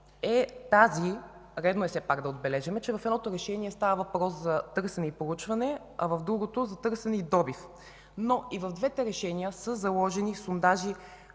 е – редно е да го отбележим – че в едното решение става въпрос за търсене и проучване, а в другото – за търсене и добив. И в двете решения обаче са заложени сондажи,